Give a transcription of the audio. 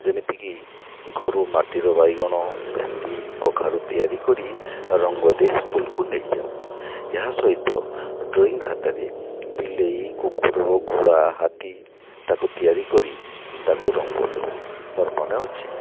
ଯେମିତିକି ଘରୁ ମାଟିର ବାଇଗଣ ଭେଣ୍ଡି କଖାରୁ ତିଆରି କରି ରଙ୍ଗ ଦେଇ ସ୍କୁଲ୍କୁ ନେଇଯାଉ ଏହା ସହିତ ଡ୍ରଇଂ ଖାତାରେ ବିଲେଇ କୁକୁର ଘୋଡ଼ା ହାତୀ ତାକୁ ତିଆରି କରି ତାକୁ ରଙ୍ଗ ଦେଉ ମୋର ମନେ ଅଛି